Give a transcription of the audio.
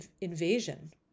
invasion